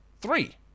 Three